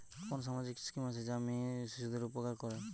কোন সামাজিক স্কিম আছে যা মেয়ে শিশুদের উপকার করে?